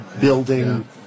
building